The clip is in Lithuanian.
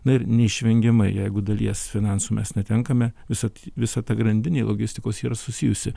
na ir neišvengiamai jeigu dalies finansų mes netenkame visad visa ta grandinė logistikos ir susijusi